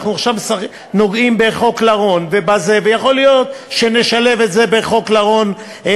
אנחנו עכשיו נוגעים בחוק לרון ויכול להיות שנשלב את זה בחוק לרון.